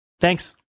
thanks